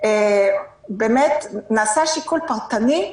באמת נעשה שיקול פרטני,